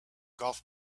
golf